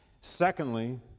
Secondly